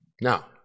Now